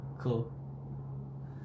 Cool